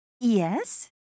Yes